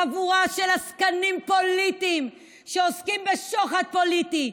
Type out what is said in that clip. חבורה של עסקנים פוליטיים שעוסקים בשוחד פוליטי,